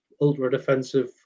ultra-defensive